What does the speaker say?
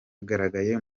bagaragaye